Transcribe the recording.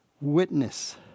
witness